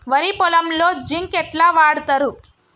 వరి పొలంలో జింక్ ఎట్లా వాడుతరు?